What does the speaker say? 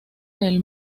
del